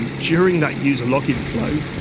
um during that user login flow,